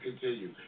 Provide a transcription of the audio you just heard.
continue